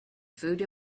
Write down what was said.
food